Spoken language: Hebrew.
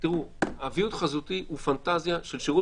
התוועדות חזותית היא פנטזיה של שירות